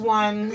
one